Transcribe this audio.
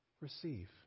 receive